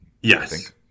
yes